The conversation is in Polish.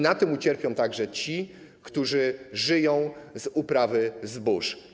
Na tym ucierpią także ci, którzy żyją z uprawy zbóż.